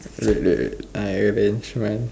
wait wait wait I arrange mine